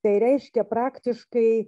tai reiškia praktiškai